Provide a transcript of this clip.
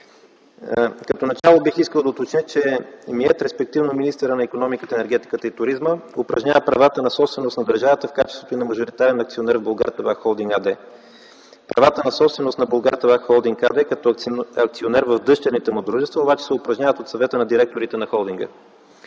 на икономиката, енергетиката и туризма, респективно министъра на икономиката, енергетиката и туризма упражнява правата на собственост на държавата в качеството си на мажоритарен акционер в „Булгартабак-холдинг” АД. Правата на собственост на „Булгартабак-холдинг” АД като акционер в дъщерните му дружества, обаче се упражняват от Съвета на директорите на холдинга.